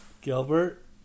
Gilbert